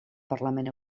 parlament